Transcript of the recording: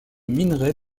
minerai